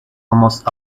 almost